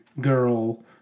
girl